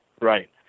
Right